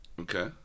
Okay